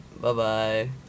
Bye-bye